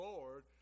Lord